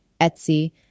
Etsy